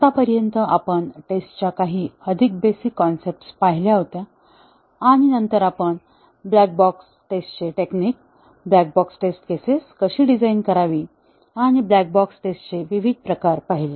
आतापर्यंत आपण टेस्टच्या काही अगदी बेसिक कन्सेप्ट्स पाहिल्या होत्या आणि नंतर आपण ब्लॅक बॉक्स टेस्टचे technique black box test cases कशी डिझाइन करावी आणि ब्लॅक बॉक्स टेस्टचे विविध प्रकार पाहिले